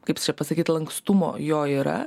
kaip pasakyt lankstumo jo yra